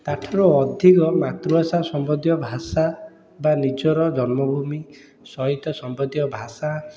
ତାଠାରୁ ଅଧିକ ମାତୃଭାଷା ସମ୍ବନ୍ଧୀୟ ଭାଷା ବା ନିଜର ଜନ୍ମଭୂମି ସହିତ ସମ୍ବନ୍ଧୀୟ ଭାଷା